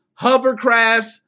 Hovercrafts